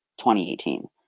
2018